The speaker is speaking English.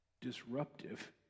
disruptive